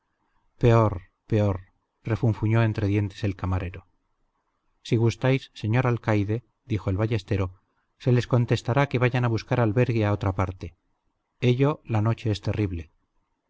peor peor peor refunfuñó entre dientes el camarero si gustáis señor alcaide dijo el ballestero se les contestará que vayan a buscar albergue a otra parte ello la noche es terrible